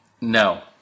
No